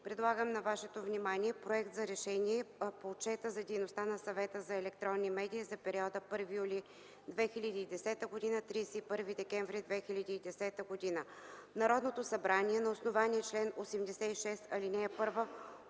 Предлагам на вашето внимание проекта за: „РЕШЕНИЕ по Отчета за дейността на Съвета за електронни медии за периода 1 юли 2010 г. – 31 декември 2010 г. Народното събрание на основание чл. 86, ал. 1